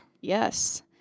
Yes